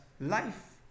life